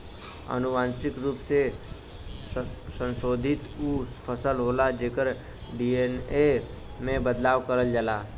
अनुवांशिक रूप से संशोधित उ फसल होला जेकर डी.एन.ए में बदलाव करल जाला